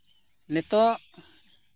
ᱱᱤᱛᱳᱜ